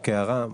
רק הערה.